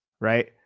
right